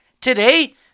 Today